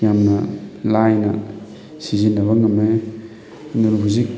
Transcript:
ꯌꯥꯝꯅ ꯂꯥꯏꯅ ꯁꯤꯖꯤꯟꯅꯕ ꯉꯝꯃꯦ ꯑꯗꯨꯅ ꯍꯧꯖꯤꯛ